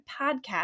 Podcast